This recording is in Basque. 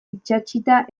itsatsita